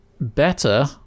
better